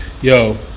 Yo